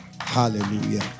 Hallelujah